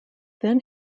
then